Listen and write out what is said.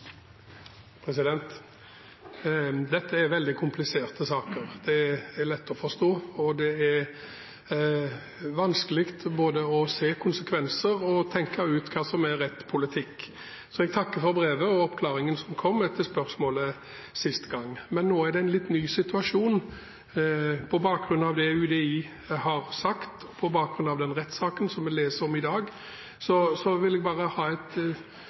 veldig kompliserte saker – det er lett å forstå – og det er vanskelig både å se konsekvenser og tenke ut hva som er riktig politikk. Så jeg takker for brevet og oppklaringen som kom etter spørsmålet sist gang. Men nå er det en litt ny situasjon på bakgrunn av det UDI har sagt og på bakgrunn av den rettssaken som vi leser om i dag.